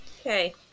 okay